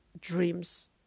dreams